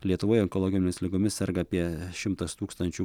lietuvoje onkologinėmis ligomis serga apie šimtas tūkstančių